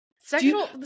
sexual